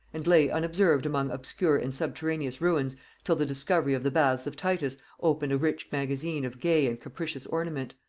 and lay unobserved among obscure and subterraneous ruins till the discovery of the baths of titus opened a rich magazine of gay and capricious ornament.